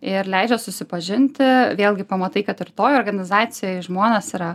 ir leidžia susipažinti vėlgi pamatai kad ir toj organizacijoj žmonės yra